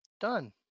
Done